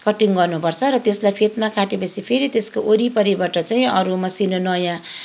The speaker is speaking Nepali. कटिङ गर्नुपर्छ र त्यसलाई फेदमा काटेपछि फेरि त्यसको वरिपरिबाट चाहिँ अरू मसिनो नयाँ